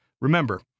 Remember